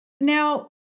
Now